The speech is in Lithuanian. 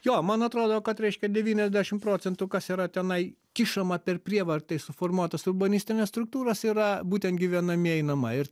jo man atrodo kad reiškia devyniasdešim procentų kas yra tenai kišama per prievartą suformuotos urbanistinės struktūros yra būtent gyvenamieji namai ir